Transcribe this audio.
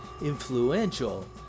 influential